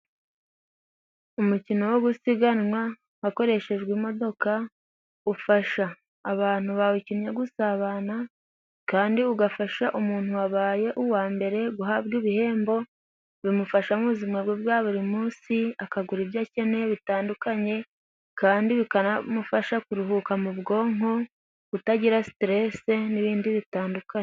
Umukino wo gusiganwa hakoreshejwe imodoka ufasha abantu bawukinnye gusabana kandi ugafasha umuntu wabaye uwa mbere guhabwa ibihembo bimufasha mu muzima bwe bwa buri munsi, akagura ibyo akeneye bitandukanye kandi bikanamufasha kuruhuka mu bwonko, kutagira siteresi n'ibindi bitandukanye.